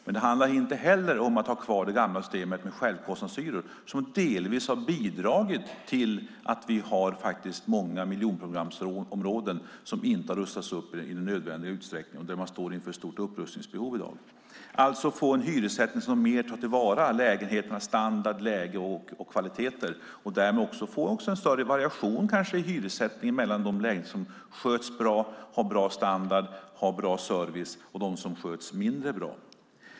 Men det handlar inte heller om att ha kvar det gamla systemet med självkostnadshyror, som delvis har bidragit till att många miljonprogramsområden inte har rustats upp i nödvändig utsträckning och som i dag står inför ett stort upprustningsbehov. Det gäller alltså att få en hyressättning som mer tar till vara lägenheternas standard, läge och kvaliteter och därmed också få en större variation i hyressättningen mellan de lägenheter som sköts bra, har en bra standard och bra service och dem som sköts mindre bra.